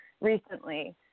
recently